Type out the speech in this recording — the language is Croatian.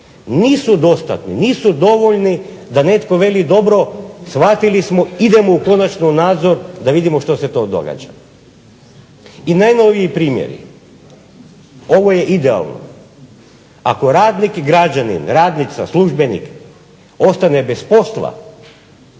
nisu dostatni, nisu dovoljni da netko veli dobro, shvatili smo, idemo konačno u nadzor da vidimo što se to događa. I najnoviji primjeri ovo je idealno ako radnik građanin, radnica, službenik ostane bez posla,